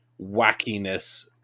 wackiness